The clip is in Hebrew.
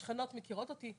השכנות מכירות אותי,